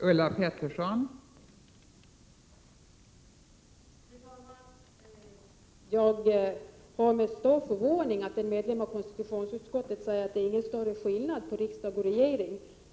ningspolitik Fru talman! Jag hör med stor förvåning att en medlem av konstitutionsutskottet säger att det inte är någon större skillnad mellan riksdag och regering.